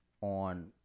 on